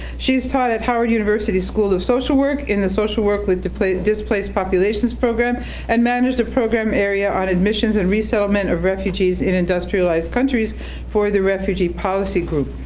she's taught at howard university school of social work in the social work with displaced displaced populations program and managed a program area on admissions and resettlement of refugees in industrialized countries for the refugee policy group.